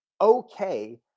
okay